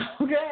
Okay